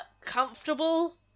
comfortable